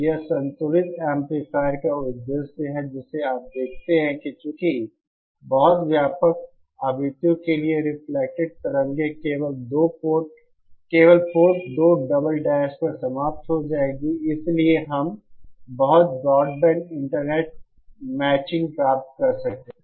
तो यह संतुलित एम्पलीफायर का उद्देश्य है जिसे आप देखते हैं कि चूंकि बहुत व्यापक आवृत्तियों के लिए रिफ्लेक्टेड तरंगें केवल पोर्ट 2 डबल डैश पर समाप्त हो जाएंगी इसलिए हम बहुत ब्रॉडबैंड इंटरनेट मैचिंग प्राप्त कर सकते हैं